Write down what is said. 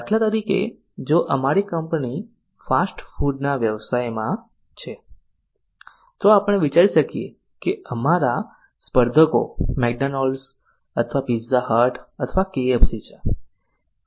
દાખલા તરીકે જો અમારી કંપની ફાસ્ટ ફૂડના વ્યવસાયમાં છે તો આપણે વિચારી શકીએ કે અમારા સ્પર્ધકો મેકડોનાલ્ડ્સ અથવા પિઝા હટ અથવા કેએફસી છે